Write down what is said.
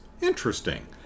Interesting